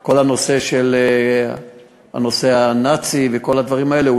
כל הנושא הנאצי וכל הדברים האלה,